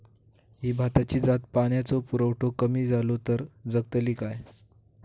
ही भाताची जात पाण्याचो पुरवठो कमी जलो तर जगतली काय?